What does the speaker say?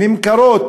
נמכרות